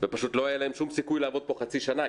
ופשוט לא היה להם שום סיכוי לעבוד פה חצי שנה.